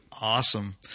Awesome